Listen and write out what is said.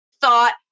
thought